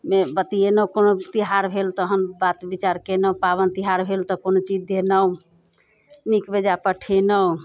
मे बतिएलहुँ कोनो तिहार भेल तऽ तहन बात विचार कयलहुँ पाबनि तिहार भेल तऽ कोनो चीज देलहुँ नीक बेजाय पठेलहुँ